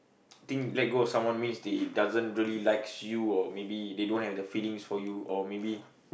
think let go of someone means they doesn't really likes you or maybe they don't have the feelings for you or maybe